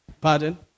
Pardon